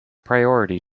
priority